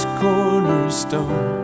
cornerstone